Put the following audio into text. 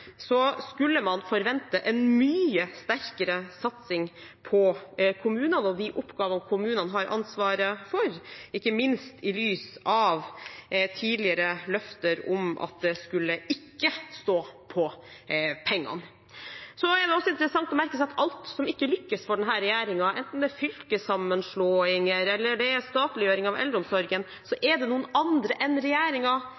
skulle man forvente en mye sterkere satsing på kommunene og de oppgavene kommunene har ansvaret for, ikke minst i lys av tidligere løfter om at det ikke skulle stå på pengene. Det er også interessant å merke seg at alt som ikke lykkes for denne regjeringen, enten det er fylkessammenslåinger eller det er statliggjøring av eldreomsorgen,